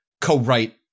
co-write